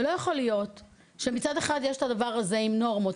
לא יכול להיות שמצד אחד יש את הדבר הזה עם נורמות,